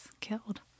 killed